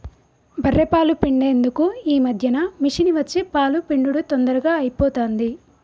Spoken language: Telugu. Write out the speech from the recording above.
బఱ్ఱె పాలు పిండేందుకు ఈ మధ్యన మిషిని వచ్చి పాలు పిండుడు తొందరగా అయిపోతాంది